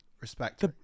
respect